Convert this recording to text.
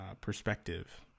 perspective